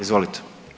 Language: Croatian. Izvolite.